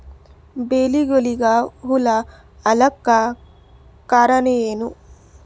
ಬೆಳಿಗೊಳಿಗ ಹುಳ ಆಲಕ್ಕ ಕಾರಣಯೇನು?